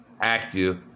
active